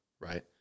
right